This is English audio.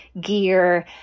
gear